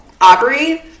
Aubrey